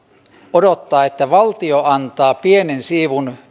odottaa että valtio antaa pienen siivun